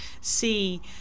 see